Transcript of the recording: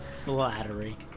Flattery